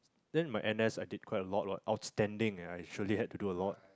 then my N_S I did quite a lot what outstanding leh I surely had to do a lot